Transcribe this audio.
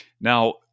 Now